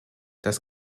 dass